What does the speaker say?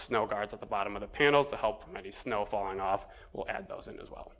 snow guards at the bottom of the panels to help them any snow falling off will add those in as well